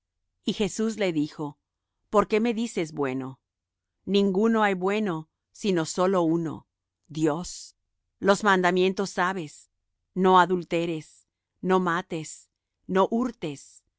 y jesús le dijo por qué me dices bueno ninguno hay bueno sino sólo uno dios los mandamientos sabes no adulteres no mates no hurtes